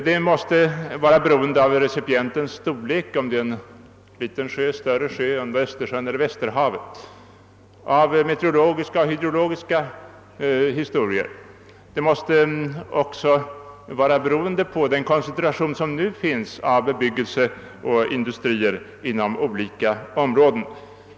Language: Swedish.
Det måste bl.a. vara beroende av recipientens storlek — om det är en större sjö eller en liten sjö, om det är Östersjön eller Västerhavet. Det är också beroende av meteorologiska och hydrologiska förhållanden och på den koncentration av bebyggelse och industrier som finns inom olika områden.